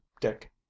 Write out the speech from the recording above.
Dick